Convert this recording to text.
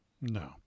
No